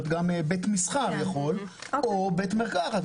גם בית מסחר יכול או בית מרקחת.